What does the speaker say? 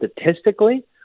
statistically